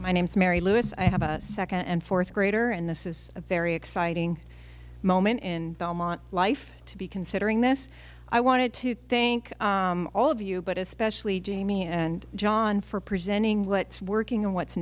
my name's mary lewis i have a second and fourth grader and this is a very exciting moment in belmont life to be considering this i wanted to thank all of you but especially jamie and john for presenting what's working and what's